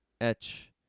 etch